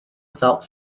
without